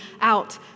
out